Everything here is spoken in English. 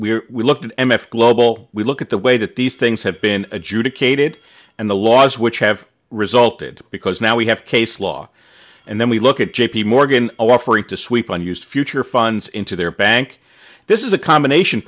l we look at m f global we look at the way that these things have been adjudicated and the laws which have resulted because now we have case law and then we look at j p morgan offering to sweep on used future funds into their bank this is a combination